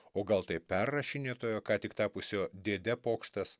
o gal tai perrašinėtojo ką tik tapusio dėde pokštas